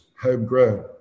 homegrown